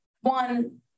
one